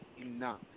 enough